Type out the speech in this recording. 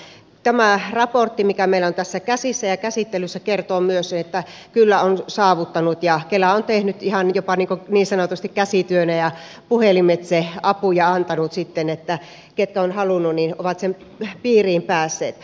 tämä raportti mikä meillä on tässä käsissä ja käsittelyssä kertoo myös että kyllä on saavuttanut ja kela on tehnyt ihan jopa niin sanotusti käsityönä ja puhelimitse apuja antanut sitten että ketkä ovat halunneet niin ovat sen piiriin päässeet